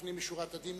לפנים משורת הדין,